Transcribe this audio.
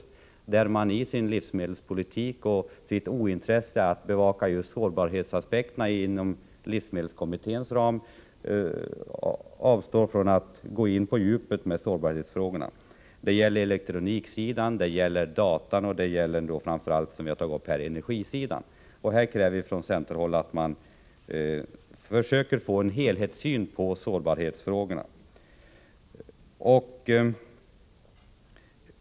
Regeringen visar i livsmedelskommittén ointresse vad gäller att bevaka dessa aspekter och avstår från att gå på djupet i sårbarhetsfrågorna. Det gäller vidare elektroniksidan, data och framför allt — vilket jag här har tagit upp — energisidan. Centern kräver att vi skall försöka få en helhetssyn på sårbarhetsfrågorna. Herr talman!